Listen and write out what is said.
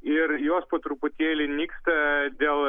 ir jos po truputėlį nyksta dėl